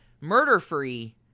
Murder-free